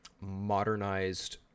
modernized